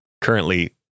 currently